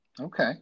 Okay